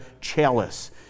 chalice